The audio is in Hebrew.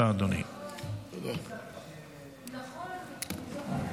הצעת חוק לתיקון פקודת התעבורה (מס' 132,